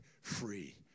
Free